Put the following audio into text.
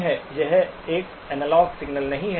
यह एक analog signal नहीं है